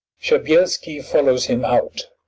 shabelski follows him out.